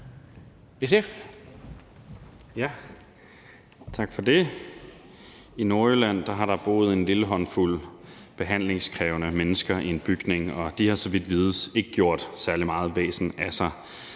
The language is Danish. I Nordjylland har der boet en lille håndfuld behandlingskrævende mennesker i en bygning, og de har så vidt vides ikke gjort særlig meget væsen af sig.